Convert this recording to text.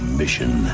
mission